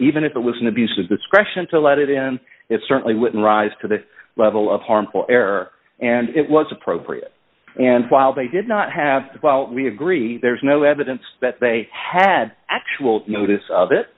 even if it was an abuse of discretion to let it in it certainly wouldn't rise to the level of harmful error and it was appropriate and while they did not have to while we agree there's no evidence that they had actual notice of it